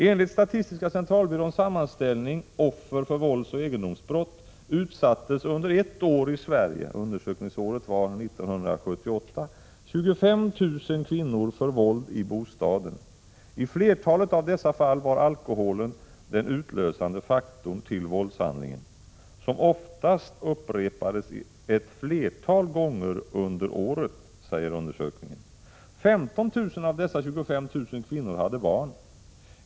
Enligt statistiska centralbyråns sammanställning ”Offer för våldsoch egendomsbrott” utsattes under ett år i Sverige, undersökningsåret var 1978, 25 000 kvinnor för våld i bostaden. I flertalet av dessa fall var alkoholen den utlösande faktorn till våldshandlingen, som oftast upprepades ett flertal 27 gånger under året. 15 000 av dessa 25 000 kvinnor hade barn.